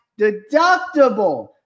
deductible